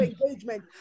engagement